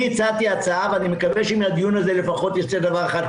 אני הצעתי הצעה ואני מקווה שמהדיון הזה לפחות ייצא דבר אחד,